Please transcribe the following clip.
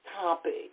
topic